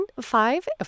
five